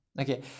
okay